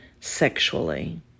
sexually